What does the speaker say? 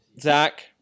Zach